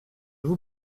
vous